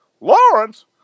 Lawrence